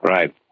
Right